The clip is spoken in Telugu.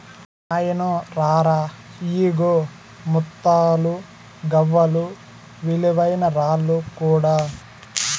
నాయినో రా రా, ఇయ్యిగో ముత్తాలు, గవ్వలు, విలువైన రాళ్ళు కూడా